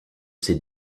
c’est